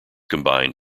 combine